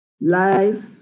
life